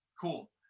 cool